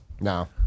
No